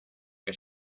que